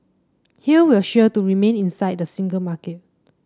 here we're sure to remain inside the single market